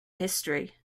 history